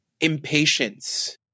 impatience